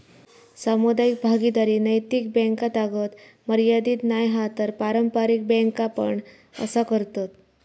सामुदायिक भागीदारी नैतिक बॅन्कातागत मर्यादीत नाय हा तर पारंपारिक बॅन्का पण असा करतत